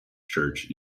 church